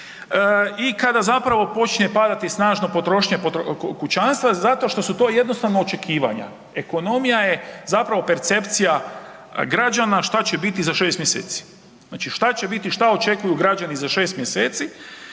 i kada zapravo počne padati snažno potrošnja kućanstva zato što su to jednostavno očekivanja. Ekonomija je zapravo percepcija rađana šta će biti za 6 mjeseci, znači šta će biti, šta očekuju građani za 6 mjeseci